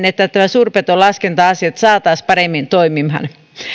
että nämä suurpetolaskenta asiat saataisiin paremmin toimimaan